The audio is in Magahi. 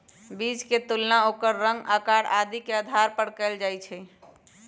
बीज के तुलना ओकर रंग, आकार आदि के आधार पर कएल जाई छई